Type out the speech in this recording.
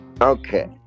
okay